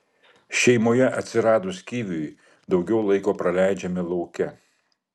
šeimoje atsiradus kiviui daugiau laiko praleidžiame lauke